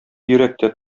йөрәктә